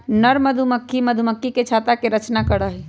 नर मधुमक्खी मधुमक्खी के छत्ता के रचना करा हई